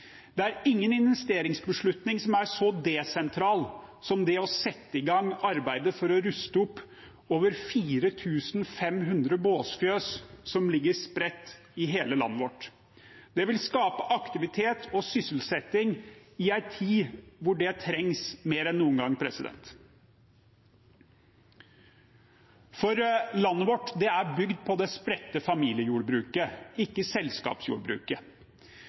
Det er ingen investeringsbeslutning som er så desentral som det å sette i gang arbeidet for å ruste opp over 4 500 båsfjøs som ligger spredt i hele landet vårt. Det vil skape aktivitet og sysselsetting i en tid hvor det trengs mer enn noen gang. For landet vårt er bygd på det spredte familiejordbruket, ikke selskapsjordbruket.